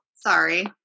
sorry